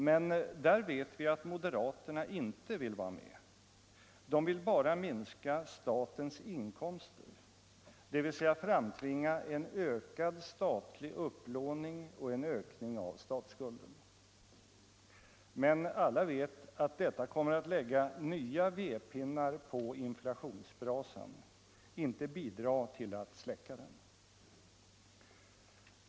Men där vet vi att moderaterna inte vill vara med. De vill bara minska statens inkomster, dvs. framtvinga en ökad statlig upplåning och en ökning av statsskulden. Men alla vet att detta kommer att lägga nya vedpinnar på inflationsbrasan, inte bidra till att släcka den.